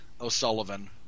O'Sullivan